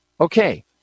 Okay